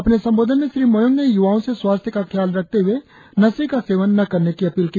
अपने संबोधन में श्री मोयोंग ने यूवाओं से स्वास्थ्य का खयाल रखते हुए नशे का सेवन न करने की अपील की